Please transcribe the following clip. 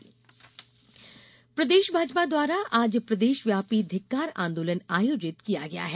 भाजपा आंदोलन प्रदेष भाजपा द्वारा आज प्रदेशव्यापी धिक्कार आंदोलन आयोजित किय गया है